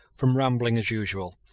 from rambling as usual.